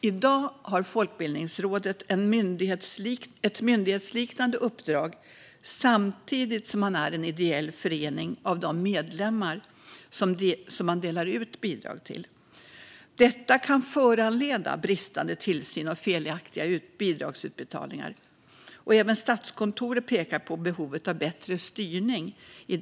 I dag har Folkbildningsrådet ett myndighetsliknande uppdrag samtidigt som man är en ideell förening bestående av de medlemmar man delar ut bidrag till. Detta kan föranleda bristande tillsyn och felaktiga bidragsutbetalningar. Även Statskontoret pekar i sin rapport på behovet av bättre styrning.